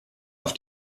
auf